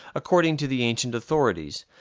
according to the ancient authorities,